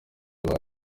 bayo